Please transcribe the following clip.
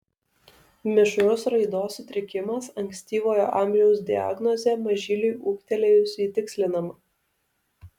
mišrus raidos sutrikimas ankstyvojo amžiaus diagnozė mažyliui ūgtelėjus ji tikslinama